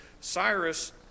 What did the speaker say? Cyrus